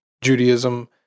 Judaism